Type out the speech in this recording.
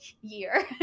year